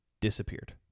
disappeared